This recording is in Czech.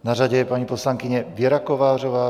Na řadě je paní poslankyně Věra Kovářová.